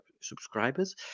subscribers